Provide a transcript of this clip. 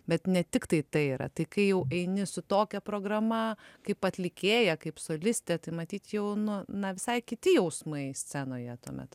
bet ne tiktai tai yra tai kai jau eini su tokia programa kaip atlikėją kaip solistę tai matyt jau nu na visai kiti jausmai scenoje tuomet